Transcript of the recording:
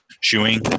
shoeing